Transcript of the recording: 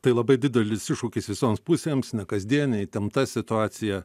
tai labai didelis iššūkis visoms pusėms nekasdienė įtempta situacija